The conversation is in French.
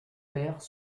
père